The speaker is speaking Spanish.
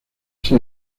sin